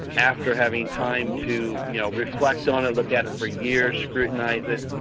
after having time to you know reflect on it, look at it for years, scrutinise it,